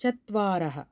चत्वारः